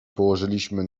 położyliśmy